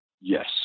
yes